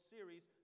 Series